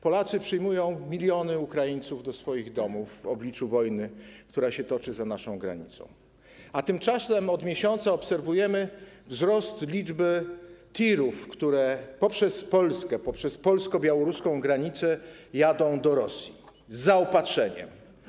Polacy przyjmują miliony Ukraińców do swoich domów w obliczu wojny, która się toczy za naszą granicą, a tymczasem od miesiąca obserwujemy wzrost liczby tirów, które poprzez Polskę, poprzez polsko-białoruską granicę jadą do Rosji z zaopatrzeniem.